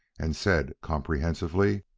and said comprehensively,